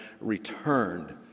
returned